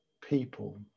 people